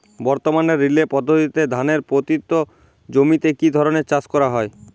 বর্তমানে রিলে পদ্ধতিতে ধানের পতিত জমিতে কী ধরনের চাষ করা হয়?